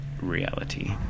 Reality